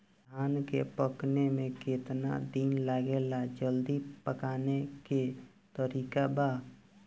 धान के पकने में केतना दिन लागेला जल्दी पकाने के तरीका बा?